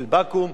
של בקו"ם,